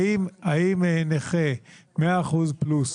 האם נכה 100% פלוס,